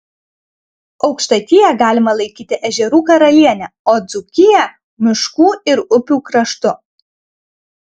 aukštaitiją galima laikyti ežerų karaliene o dzūkiją miškų ir upių kraštu